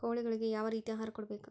ಕೋಳಿಗಳಿಗೆ ಯಾವ ರೇತಿಯ ಆಹಾರ ಕೊಡಬೇಕು?